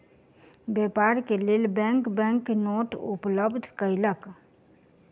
व्यापार के लेल बैंक बैंक नोट उपलब्ध कयलक